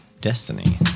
destiny